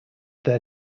their